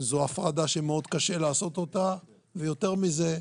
זו הפרדה שקשה מאוד לעשות אותה, ויותר מזה,